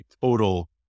total